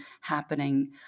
happening